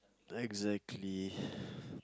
exactly